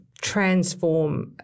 transform